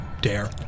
dare